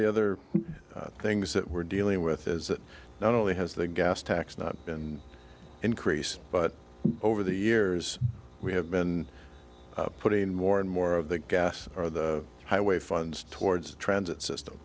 the other things that we're dealing with is that not only has the gas tax not been increased but over the years we have been putting more and more of the gas or the highway funds towards the transit system